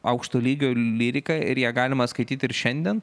aukšto lygio lyrika ir ją galima skaityt ir šiandien